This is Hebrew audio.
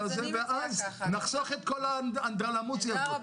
הזה ואז נחסוך את כל האנדרלמוסיה הזו.